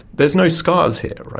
there's no scars here,